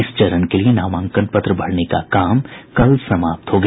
इस चरण के लिए नामांकन पत्र भरने का काम कल समाप्त हो गया